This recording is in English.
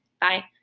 Bye